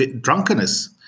drunkenness